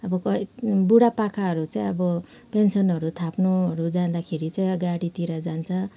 अब बुढापाकाहरू चाहिँ अब पेन्सनहरू थाप्नुहरू जाँदाखेरि चाहिँ गाडीतिर जान्छ